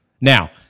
Now